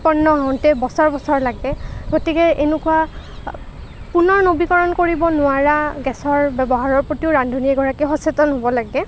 উৎপন্ন হওঁতে বছৰ বছৰ লাগে গতিকে এনেকুৱা পুনৰ নৱীকৰণ কৰিব নোৱাৰা গেছৰ ব্যৱহাৰৰ প্ৰতিও ৰান্ধনী এগৰাকীয়ে সচেতন হ'ব লাগে